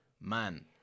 man